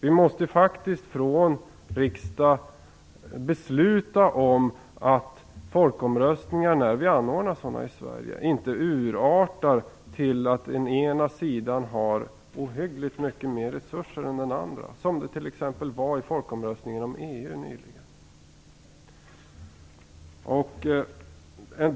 Vi måste faktiskt från riksdagen se till att folkomröstningar, när vi anordnar sådana i Sverige, inte urartar så att den ena sidan får ohyggligt mycket mer resurser än den andra, som i folkomröstningen om EU-medlemskap.